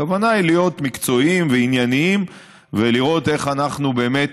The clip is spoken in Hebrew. הכוונה היא להיות מקצועיים וענייניים ולראות איך אנחנו באמת